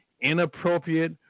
Inappropriate